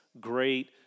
great